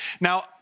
Now